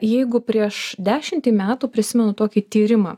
jeigu prieš dešimtį metų prisimenu tokį tyrimą